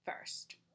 first